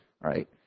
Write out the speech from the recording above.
right